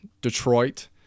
Detroit